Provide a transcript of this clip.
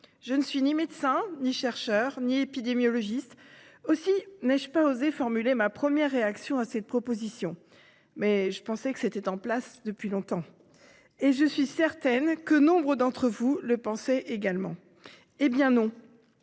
N'étant ni médecin, ni chercheur, ni épidémiologiste, je n'ai pas osé formuler ma première réaction à cette proposition ; je pensais que c'était en place depuis longtemps. Et je suis certaine que nombre d'entre vous le pensaient également. Eh bien non !